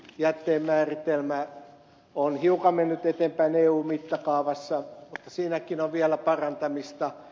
jätteen määritelmä on hiukan mennyt eteenpäin eun mittakaavassa mutta siinäkin on vielä parantamista